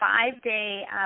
five-day